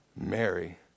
Mary